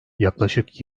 yaklaşık